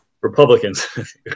Republicans